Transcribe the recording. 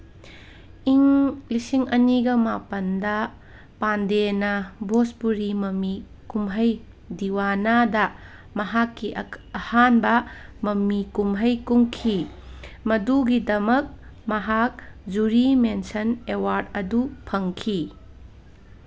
ꯏꯪ ꯂꯤꯁꯤꯡ ꯑꯅꯤꯒ ꯃꯥꯄꯟꯗ ꯄꯥꯟꯗꯦꯅ ꯕꯣꯖꯄꯨꯔꯤ ꯃꯃꯤ ꯀꯨꯝꯍꯩ ꯗꯤꯋꯥꯅꯥꯗ ꯃꯍꯥꯛꯀꯤ ꯑꯍꯥꯟꯕ ꯃꯃꯤ ꯀꯨꯝꯍꯩ ꯀꯨꯝꯈꯤ ꯃꯗꯨꯒꯤꯗꯃꯛ ꯃꯍꯥꯛ ꯖꯨꯔꯤ ꯃꯦꯟꯁꯟ ꯑꯦꯋꯥꯔꯠ ꯑꯗꯨ ꯐꯪꯈꯤ